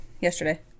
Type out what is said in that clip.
Yesterday